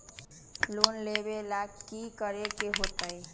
Loan लेवेला की करेके होतई?